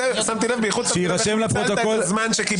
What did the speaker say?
שמתי לב בייחוד כשניצלת את הזמן שניצלת.